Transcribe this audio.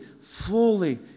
fully